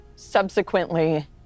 subsequently